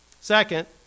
Second